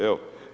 Evo.